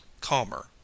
calmer